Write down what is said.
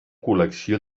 col·lecció